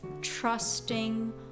trusting